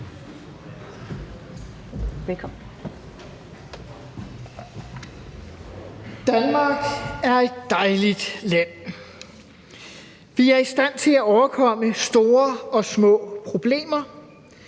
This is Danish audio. Danmark er et dejligt land. Vi er i stand til at overkomme store og små problemer.